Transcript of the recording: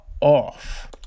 off